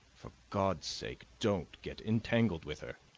for god's sake, don't get entangled with her!